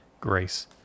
grace